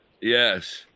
Yes